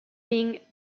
being